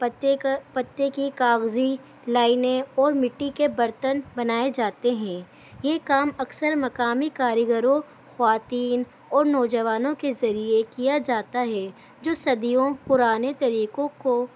پتے کا پتے کی کاغذی لائنے اور مٹی کے برتن بنائے جاتے ہیں یہ کام اکثر مقامی کاریگروں خواتین اور نوجوانوں کے ذریعے کیا جاتا ہے جو صدیوں پرانے طریقوں کو